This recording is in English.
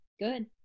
Good